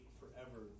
forever